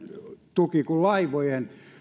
tuki kuin laivojen